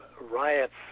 riots